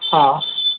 હા